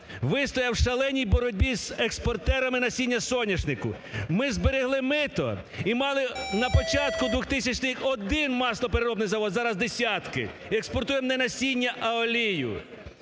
вистояв в шаленій боротьбі з експортерами насіння соняшнику. Ми зберегли мито і мали на початку двохтисячних один маслопереробний завод, зараз десятки! І експортуємо не насіння, а олію.